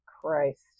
Christ